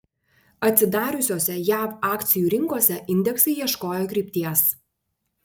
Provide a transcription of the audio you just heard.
atsidariusiose jav akcijų rinkose indeksai ieškojo krypties